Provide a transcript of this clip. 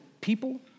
people